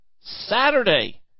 Saturday